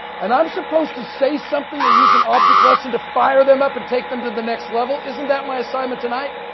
and i'm supposed to say something or use an object lesson to fire them up, and take them to the next level. isn't that my assignment tonight?